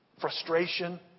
Frustration